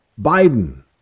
Biden